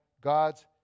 God's